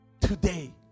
today